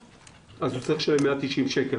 אז הוא צריך לשלם 190 שקל.